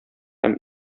һәм